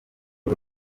uru